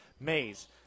Mays